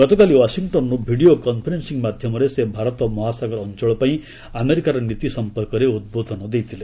ଗତକାଲି ଓ୍ୱାଶିଂଟନ୍ରୁ video conferencing ମାଧ୍ୟମରେ ସେ ଭାରତ ମହାସାଗର ଅଞ୍ଚଳ ପାଇଁ ଆମେରିକାର ନୀତି ସମ୍ପର୍କରେ ଉଦ୍ବୋଧନ ଦେଇଥିଲେ